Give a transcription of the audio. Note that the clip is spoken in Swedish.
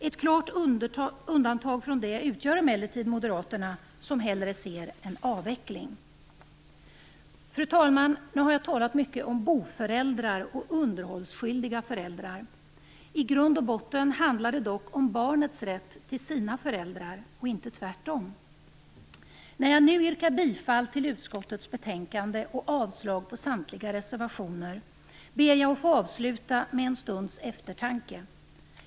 Ett klart undantag från det utgör emellertid Moderaterna, som hellre ser en avveckling. Fru talman! Nu har jag talat mycket om boföräldrar och underhållsskyldiga föräldrar. I grund och botten handlar det dock om barnets rätt till sina föräldrar och inte tvärtom. När jag nu yrkar bifall till hemställan i utskottets betänkande och avslag på samtliga reservationer ber jag att få avsluta med en stunds eftertanke.